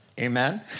Amen